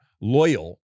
loyal